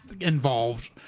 involved